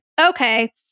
okay